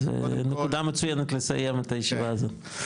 קודם כל --- זה נקודה מצוינת לסיים את הישיבה הזאת.